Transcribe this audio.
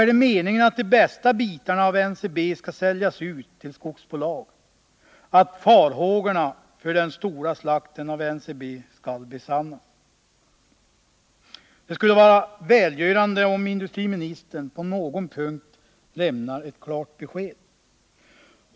Är det meningen att de bästa bitarna av NCB skall säljas ut till skogsbolag, att farhågorna för den stora slakten av NCB skall besannas? Det skulle vara välgörande om industriministern på någon punkt lämnade ett klart besked.